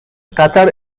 قطر